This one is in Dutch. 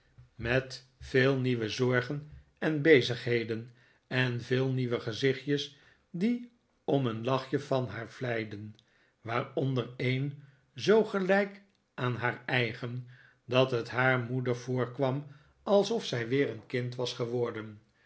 met veel nieuwe zorgen en bezigheden en veel nieuwe gezichtjes die om een lachje van haar vleiden waaronder een zoo gelijk aan haar eigen dat het haar moeder voorkwam alsof zij weer een kind was geworden